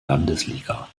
landesliga